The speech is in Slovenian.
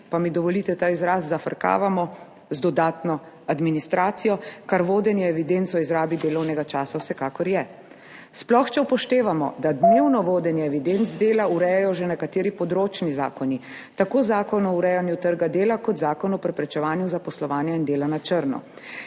pa mi dovolite ta izraz, zafrkavamo z dodatno administracijo, kar vodenje evidenc o izrabi delovnega časa vsekakor je. Sploh če upoštevamo, da dnevno vodenje evidenc dela urejajo že nekateri področni zakoni, tako Zakon o urejanju trga dela kot Zakon o preprečevanju dela in zaposlovanja na črno.